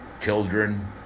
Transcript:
children